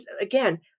again